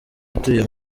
utuye